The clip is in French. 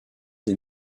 des